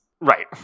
Right